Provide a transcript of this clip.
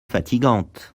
fatigante